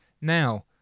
now